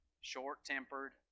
short-tempered